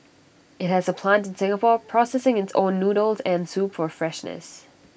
IT has A plant in Singapore processing its own noodles and soup for freshness